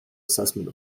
assessment